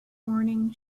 morning